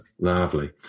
Lovely